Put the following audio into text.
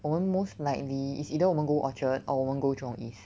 我们 most likely is either 我们 go orchard or 我们 go jurong east